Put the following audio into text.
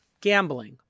gambling